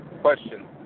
question